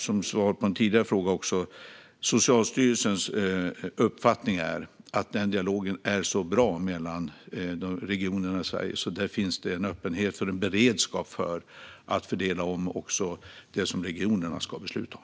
Som svar på en tidigare fråga säger jag återigen att Socialstyrelsens uppfattning är att den dialogen är så bra mellan regionerna i Sverige så att där finns en öppenhet och beredskap för att fördela om det som regionerna ska besluta om.